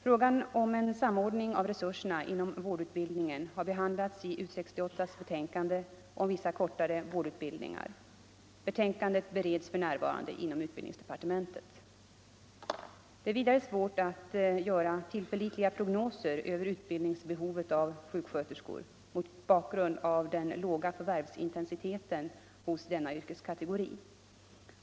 Frågan om en samordning av resurserna inom vårdutbildningen har behandlats i U 68:s betänkande om vissa kortare vårdutbildningar. Betänkandet bereds f.n. inom utbildningsdepartementet. Det är vidare svårt att göra tillförlitliga prognoser över behovet av utbildning av sjuksköterskor mot bakgrund av den låga förvärvsintensiteten hos denna yrkeskategori.